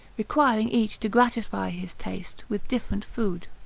requiring each to gratify his taste with different food.